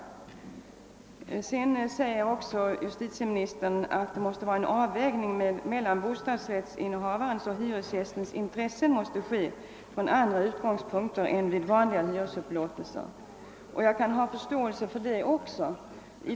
Justitieministern sade också att en avvägning mellan bostadsrättsinnehavarens och hyresgästens intressen måste ske från andra utgångspunkter än vid vanliga hyresupplåtelser. Jag kan ha förståelse även för detta.